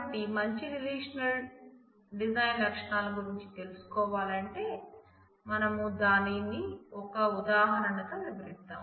కాబట్టి మంచి relation design లక్షణాల గురించి తెలుసుకోవాలంటే మనం దానిని ఒక ఉదాహరణం తో వివరిద్దాం